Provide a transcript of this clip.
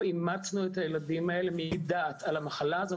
אימצנו את הילדים האלה מדעת על המחלה הזו,